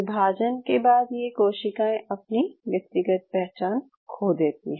विभाजन के बाद ये कोशिकाएं अपनी व्यक्तिगत पहचान खो देती हैं